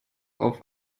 auf